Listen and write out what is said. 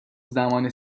زمان